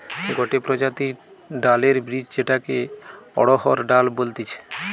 গটে প্রজাতির ডালের বীজ যেটাকে অড়হর ডাল বলতিছে